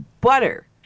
butter